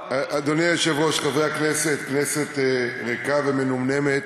אדוני היושב-ראש, חברי הכנסת, כנסת ריקה ומנומנמת,